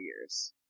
years